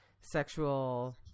sexual